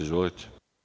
Izvolite.